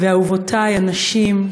ואהובותי הנשים,